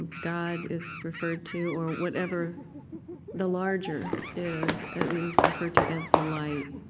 god is referred to, or whatever the larger is, is referred to as the light,